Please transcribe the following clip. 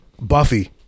Buffy